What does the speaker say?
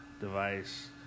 device